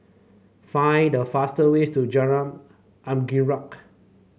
find the fastest way to Jalan Anggerek